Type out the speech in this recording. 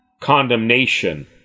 condemnation